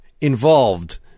involved